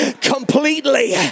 completely